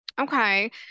okay